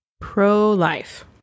Pro-life